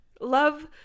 Love